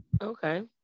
Okay